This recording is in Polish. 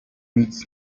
nic